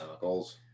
goals